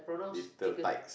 little tykes